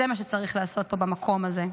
זה מה שצריך לעשות פה במקום הזה.